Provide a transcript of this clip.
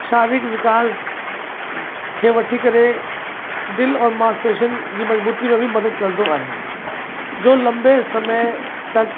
शारीरिक विकास खे वठी करे दिलि और मांसपेशियुनि जी मज़बूती में बि मदद कंदो आहे जो लंबे समय तक